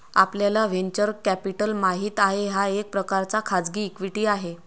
आपल्याला venture capital माहित आहे, हा एक प्रकारचा खाजगी इक्विटी आहे